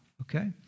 okay